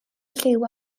lliw